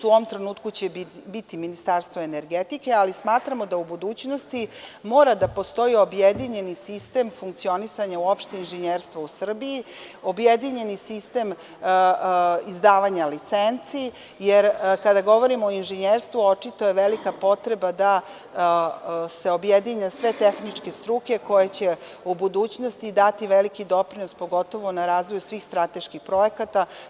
U ovom trenutku će biti Ministarstvo energetike, ali smatramo da u budućnosti mora da postoji objedinjeni sistem funkcionisanja uopšte inženjerstva u Srbiji, objedinjeni sistem izdavanja licenci, jer kada govorimo o inženjerstvu očito je velika potreba da se objedine sve tehničke struke koje će u budućnosti dati veliki doprinos pogotovo na razvoju svih strateških projekata.